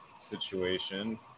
situation